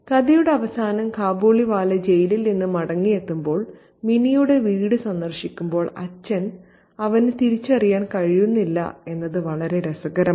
കഥയുടെ അവസാനം കാബൂളിവാല ജയിലിൽ നിന്ന് മടങ്ങിയെത്തുമ്പോൾ മിനിയുടെ വീട് സന്ദർശിക്കുമ്പോൾ അച്ഛന് അവനെ തിരിച്ചറിയാൻ കഴിയുന്നില്ല എന്നത് വളരെ രസകരമാണ്